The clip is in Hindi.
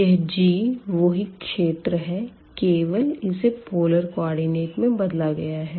यह G वो ही क्षेत्र है केवल इसे पोलर कोऑर्डिनेट में बदला गया है